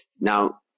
Now